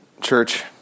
church